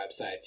websites